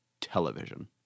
television